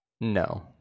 No